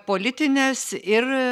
politines ir